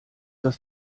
das